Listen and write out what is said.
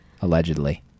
allegedly